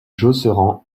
josserand